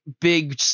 big